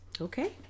Okay